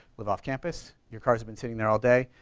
live off campus, your cars have been sitting there all day.